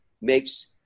makes